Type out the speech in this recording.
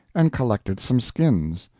and collected some skins,